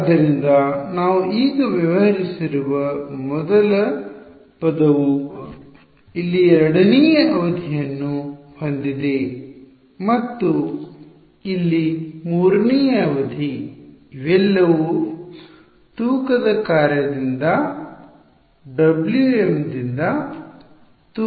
ಆದ್ದರಿಂದ ನಾವು ಈಗ ವ್ಯವಹರಿಸಿರುವ ಮೊದಲ ಪದವು ಇಲ್ಲಿ ಎರಡನೆಯ ಅವಧಿಯನ್ನು ಹೊಂದಿದೆ ಮತ್ತು ಇದು ಇಲ್ಲಿ ಮೂರನೆಯ ಅವಧಿ ಇವೆಲ್ಲವೂ ತೂಕದ ಕಾರ್ಯದಿಂದ W m ದಿಂದ ತೂಗುತ್ತದೆ